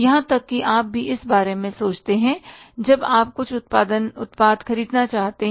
यहां तक कि आप भी इस बारे में सोचते हैं जब आप कुछ उत्पाद खरीदना चाहते हैं